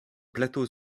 plateau